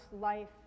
life